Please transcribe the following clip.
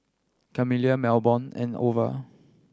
Camila Melbourne and Ova